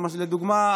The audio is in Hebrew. לדוגמה,